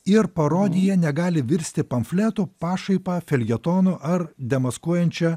ir parodija negali virsti pamfletu pašaipa feljetonu ar demaskuojančia